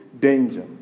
danger